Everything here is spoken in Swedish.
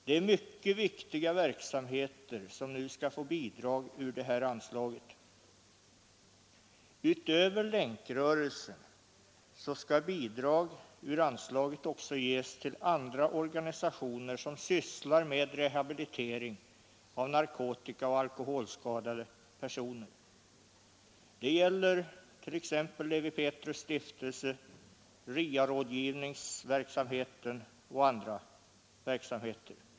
Det är mycket viktiga verksamheter som nu skall få bidrag ur anslaget — utöver Länkrörelsen också andra organisationer som sysslar med rehabilitering av narkotikaoch alkoholskadade personer. Det gäller Levi Petrus” stiftelse, RIA-rådgivningsverksamheten och andra verksamheter.